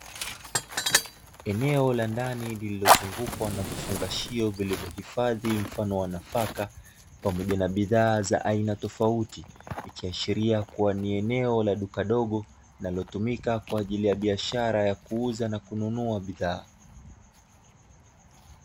Eneo la ndani liliozungukwa na vifungashio vilivyohifadhi mfano wa nafaka, pamoja na bidhaa za aina tofauti, ikiashiria kuwa ni eneo la duka dogo, linalotumika kwaajili ya biashara ya kuuza na kununua bidhaa.